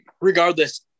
regardless